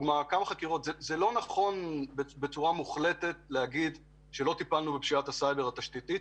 זה לא נכון להגיד שלא טיפלנו בפשיטת הסייבר התשתיתית.